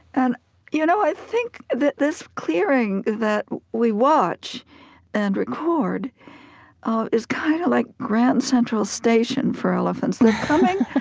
and you know i think that this clearing that we watch and record is kind of like grand central station for elephants. they're coming